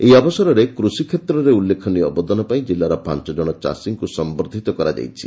ଏହି ଅବସରରେ କୃଷି କେତ୍ରରେ ଉଲ୍ଲେଖନୀୟ ଅବଦାନ ପାଇଁ ଜିଲ୍ଲାର ପାଞ ଜଶ ଚାଷୀଙ୍କୁ ସମ୍ମର୍କ୍କିତ କରାଯାଇଛି